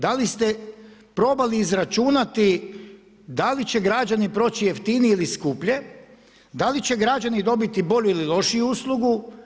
Da li ste probali izračunati da li će građani proći jeftinije ili skuplje, da li će građani dobiti bolju ili lošiju uslugu.